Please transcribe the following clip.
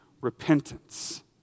repentance